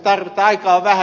aikaa on vähän